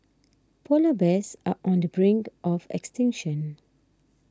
Polar Bears are on the brink of extinction